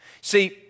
See